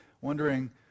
Wondering